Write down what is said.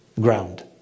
ground